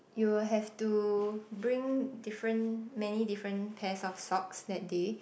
you will have to bring different many different pairs of socks that day